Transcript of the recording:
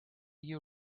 you